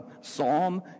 psalm